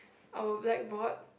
our blackboard